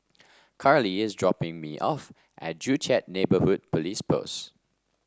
Carly is dropping me off at Joo Chiat Neighbourhood Police Post